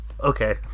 okay